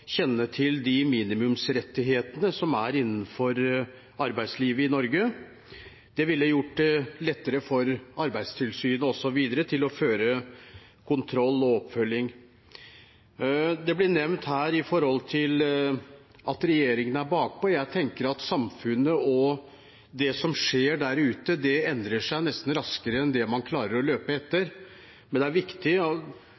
kjenne til de minimumsrettighetene som er innenfor arbeidslivet i Norge. Det ville også ha gjort det lettere for Arbeidstilsynet osv. å føre kontroll og følge opp. Det ble nevnt her at regjeringen er bakpå. Jeg tenker at samfunnet og det som skjer der ute, endrer seg nesten raskere enn det man klarer å løpe etter. Men det er viktig å